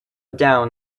down